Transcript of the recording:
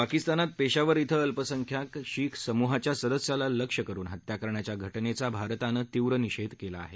पाकिस्तानात पेशावर धिं अल्पसंख्याक शीख समूहाच्या सदस्याला लक्ष्य करुन हत्या करण्याच्या घटनेचा भारतानं तीव्र निषेध केला आहे